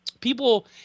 people